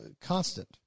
constant